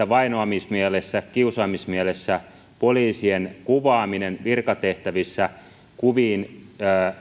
vainoamismielessä kiusaamismielessä poliisien kuvaaminen virkatehtävissä